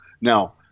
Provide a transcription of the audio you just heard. now